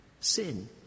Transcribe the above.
sin